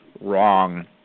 wrong